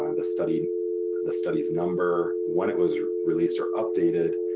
um the study's the study's number, when it was released or updated,